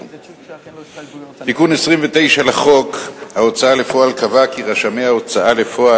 התשע"א 2010. תיקון 29 לחוק ההוצאה לפועל קבע כי רשמי ההוצאה לפועל